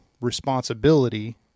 responsibility